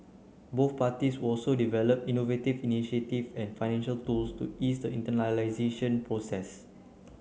both parties will also develop innovative initiatives and financial tools to ease the internationalisation process